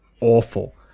awful